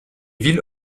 villes